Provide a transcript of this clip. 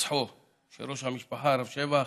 הירצחו של ראש המשפחה, הרב שבח.